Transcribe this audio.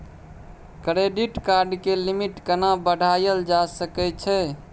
Credit card के limit केना बढायल जा सकै छै?